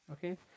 okay